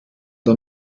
der